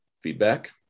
feedback